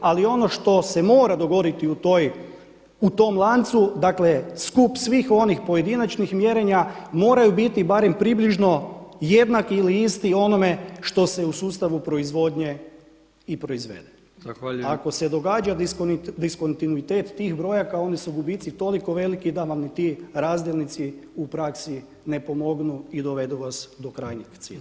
Ali ono što se mora dogoditi u tom lancu, dakle skup svih onih pojedinačnih mjerenja moraju biti barem približno jednaki ili isti onome što se u sustavu proizvodnje i proizvede [[Upadica Brkić: Zahvaljujem.]] Ako se događa diskontinuitet tih brojaka onda su gubici toliko veliki da vam i ti razdjelnici u praksi ne pomognu i dovedu vas do krajnjeg cilja.